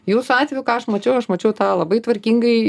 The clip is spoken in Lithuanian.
jūsų atveju ką aš mačiau aš mačiau tą labai tvarkingai